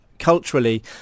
culturally